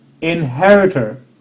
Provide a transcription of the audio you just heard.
inheritor